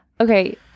Okay